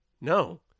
No